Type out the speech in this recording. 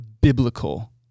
biblical